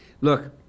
look